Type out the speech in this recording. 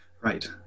Right